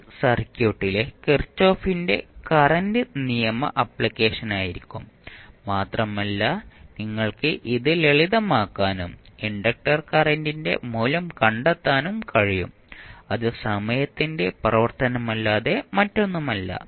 ഇത് സർക്യൂട്ടിലെ കിർചോഫിന്റെ കറന്റ് നിയമ ആപ്ലിക്കേഷനായിരിക്കും മാത്രമല്ല നിങ്ങൾക്ക് ഇത് ലളിതമാക്കാനും ഇൻഡക്റ്റർ കറന്റിന്റെ മൂല്യം കണ്ടെത്താനും കഴിയും അത് സമയത്തിന്റെ പ്രവർത്തനമല്ലാതെ മറ്റൊന്നുമല്ല